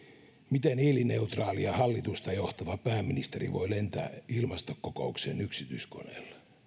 miten hiilineutraalia hallitusta johtava pääministeri voi lentää ilmastokokoukseen yksityiskoneella kun